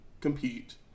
compete